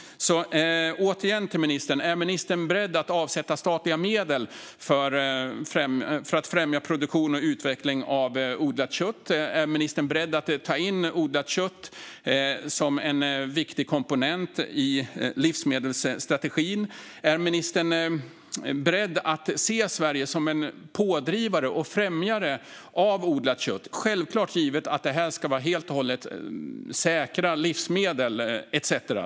Återigen: Är ministern beredd att avsätta statliga medel för att främja produktion och utveckling av odlat kött? Är ministern beredd att ta in odlat kött som en viktig komponent i livsmedelsstrategin? Är ministern beredd att se Sverige som en pådrivare och främjare av odlat kött? Självklart ska det vara helt och hållet säkra livsmedel etcetera.